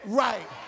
right